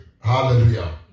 Hallelujah